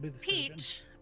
Peach